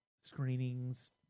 screenings